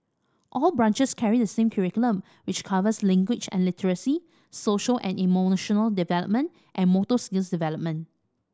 all branches carry the same curriculum which covers language and literacy social and emotional development and motor skills development